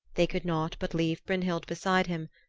they could not but leave brynhild beside him,